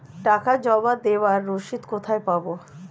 টাকা জমা দেবার রসিদ কোথায় পাব?